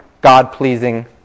God-pleasing